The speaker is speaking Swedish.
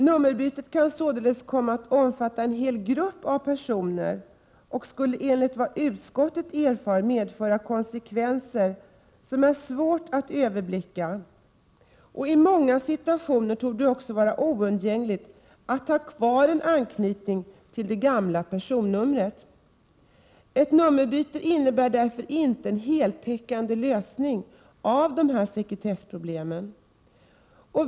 Nummerbytet kan således komma att omfatta en hel grupp av personer och skulle enligt vad utskottet erfarit medföra konsekvenser som det är svårt att överblicka. I många situationer torde det också vara oundgängligt att ha kvar en anknytning till det gamla personnumret. Ett nummerbyte innebär därför inte en heltäckande lösning av dessa sekretessproblem.